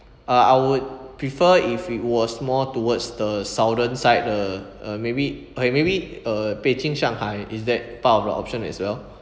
uh I would prefer if it was more towards the southern side the uh maybe uh maybe uh beijing shanghai is that part of the option as well